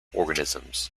organisms